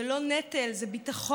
זה לא נטל, זה ביטחון,